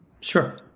Sure